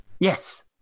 Yes